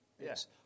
Yes